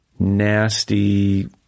Nasty